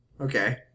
Okay